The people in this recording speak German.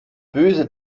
böse